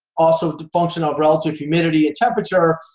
also with the function of relative humidity and temperature,